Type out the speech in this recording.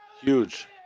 huge